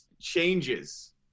changes